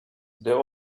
there